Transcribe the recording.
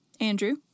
Andrew